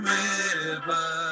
river